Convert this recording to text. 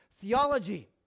Theology